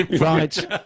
right